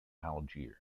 algiers